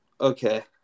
okay